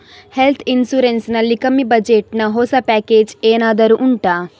health insurance ನಲ್ಲಿ ಕಮ್ಮಿ budget ನ ಹೊಸ ಪ್ಯಾಕೇಜ್ ಏನಾದರೂ ಉಂಟಾ